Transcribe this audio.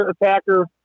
attacker